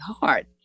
hard